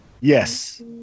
Yes